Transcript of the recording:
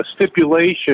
stipulation